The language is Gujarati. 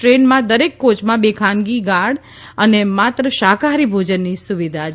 ટ્રેનમાં દરેક કોચમાં બે ખાનગી ગાર્ડ અને માત્ર શાકાહારી ભોજનની સુવિધા છે